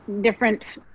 different